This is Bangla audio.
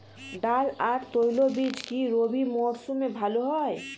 ডাল আর তৈলবীজ কি রবি মরশুমে ভালো হয়?